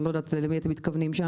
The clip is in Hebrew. או אני לא יודעת למי אתם מתכוונים שם.